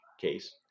case